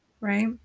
right